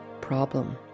problem